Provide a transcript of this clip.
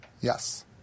Yes